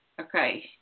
Okay